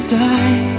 die